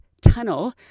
tunnel